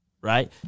right